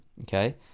okay